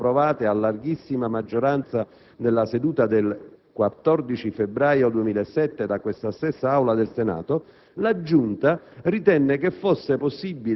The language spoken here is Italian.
(relazione le cui conclusioni vennero approvate a larghissima maggioranza nella seduta del 14 febbraio 2007 da questa stessa Aula del Senato),